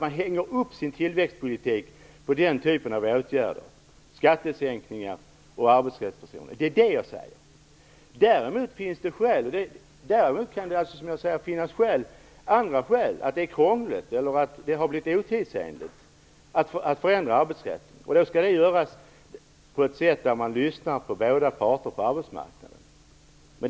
Man hänger upp sin tillväxtpolitik på den typen av åtgärder - skattesänkningar och arbetsrättsförsämringar. Däremot kan det finnas andra skäl, t.ex. att det är krångligt eller att det har blivit otidsenligt att förändra arbetsrätten. Det skall göras på ett sådant sätt att man lyssnar på båda parter på arbetsmarknaden.